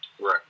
Right